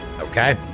okay